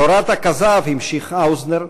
תורת הכזב", המשיך האוזנר,